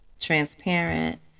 transparent